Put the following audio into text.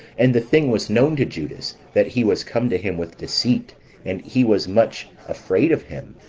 and the thing was known to judas that he was come to him with deceit and he was much afraid of him,